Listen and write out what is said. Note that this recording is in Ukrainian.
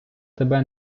тебе